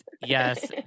Yes